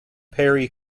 perry